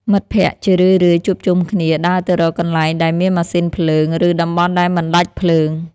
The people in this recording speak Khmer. មិត្តភក្តិជារឿយៗជួបជុំគ្នាដើរទៅរកកន្លែងដែលមានម៉ាស៊ីនភ្លើង ឬតំបន់ដែលមិនដាច់ភ្លើង។